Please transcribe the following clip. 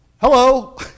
hello